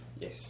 Yes